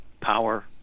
power